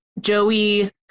Joey